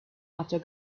after